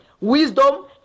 wisdom